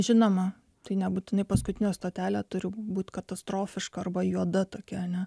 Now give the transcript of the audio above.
žinoma tai nebūtinai paskutinė stotelė turi būti katastrofiška arba juoda tokia ane